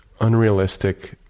unrealistic